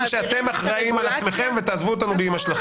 שבו אתם אחראים על עצמכם ותעזבו אותנו באימא שלכם.